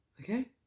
Okay